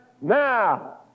now